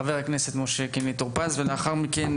חבר הכנסת משה קינלי טור פז, ולאחר מכן